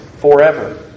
forever